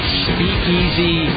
speakeasy